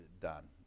done